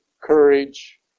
courage